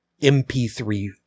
mp3